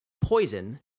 Poison